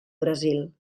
brasil